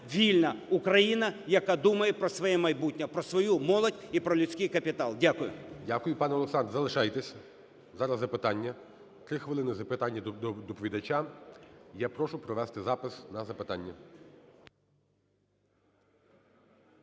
вільна України, яка думає про своє майбутнє, про свою молодь і про людський капітал. Дякую. 12:42:18 ГОЛОВУЮЧИЙ. Дякую, пане Олександре. Залишайтесь, зараз запитання. Три хвилини – запитання до доповідача. Я прошу провести запис на запитання.